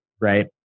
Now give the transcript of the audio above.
Right